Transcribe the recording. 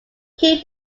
key